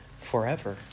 forever